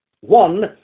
one